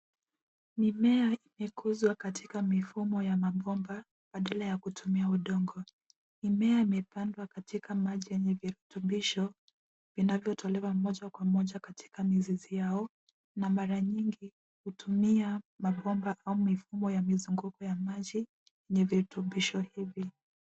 Mimea imekuzwa katika mifumo ya mabomba badala ya kutumia udongo. Mimea imepandwa katika maji yenye virutubisho vinavyotolewa moja kwa moja katika mizizi yao na mara nyingi hutumia mabomba au mifumo ya mizunguko ya maji yenye virutubishi hivi.